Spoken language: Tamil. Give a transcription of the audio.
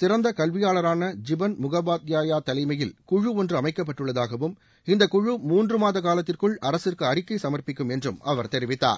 சிறந்த கல்வியாளரான ஜிபன் முகபாத்யாயா தலைமையில் குழு ஒன்று அமைக்கப்பட்டுள்ளதாகவும் இந்தக் குழு மூன்று மாத காலத்திற்குள் அரசிற்கு அறிக்கை சம்பிக்கும் என்றும் அவர் தெரிவித்தார்